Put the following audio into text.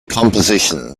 composition